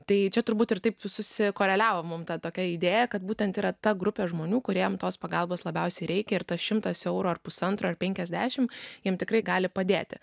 tai čia turbūt ir taip susikoreliavo mum ta tokia idėja kad būtent yra ta grupė žmonių kuriem tos pagalbos labiausiai reikia ir ta šimtas eurų ar pusantro ar penkiasdešim jiems tikrai gali padėti